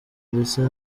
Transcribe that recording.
ndetse